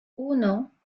uno